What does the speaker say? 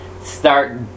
start